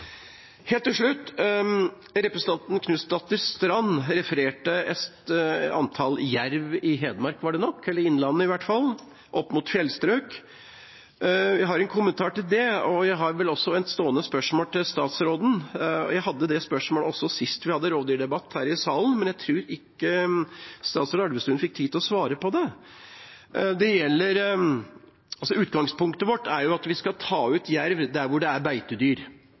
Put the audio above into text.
Helt til slutt: Representanten Knutsdatter Strand refererte et antall jerv i Hedmark – eller i hvert fall i Innlandet – opp mot fjellstrøk. Jeg har en kommentar til det. Jeg har også et stående spørsmål til statsråden. Jeg stilte det spørsmålet også sist vi hadde rovdyrdebatt her i salen, men jeg tror ikke statsråd Elvestuen fikk tid til å svare på det. Utgangspunktet vårt er at vi skal ta ut jerv der hvor det er beitedyr,